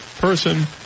person